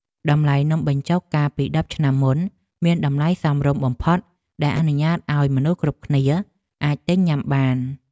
តម្លៃនំបញ្ចុកកាលពីដប់ឆ្នាំមុនមានតម្លៃសមរម្យបំផុតដែលអនុញ្ញាតឱ្យមនុស្សគ្រប់គ្នាអាចទិញញ៉ាំបាន។